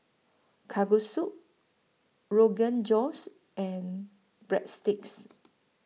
Kalguksu Rogan Josh and Breadsticks